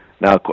Now